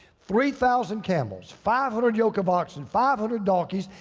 three thousand camels, five hundred yoke of oxen, five hundred donkeys,